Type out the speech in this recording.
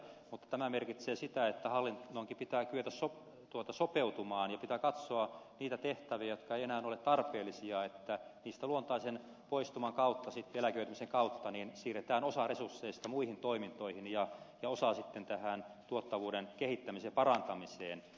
mutta tämä merkitsee sitä että hallinnonkin pitää kyetä sopeutumaan ja pitää katsoa niitä tehtäviä jotka eivät enää ole tarpeellisia että niistä luontaisen poistuman kautta eläköitymisen kautta siirretään osa resursseista muihin toimintoihin ja osa tähän tuottavuuden kehittämisen parantamiseen